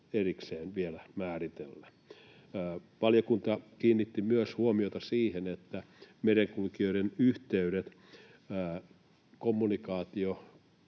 erikseen vielä määritellä. Valiokunta kiinnitti myös huomiota siihen, että merenkulkijoiden yhteydet, kommunikaatio